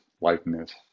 lightness